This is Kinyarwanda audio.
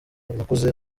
abakuze